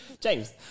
James